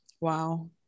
wow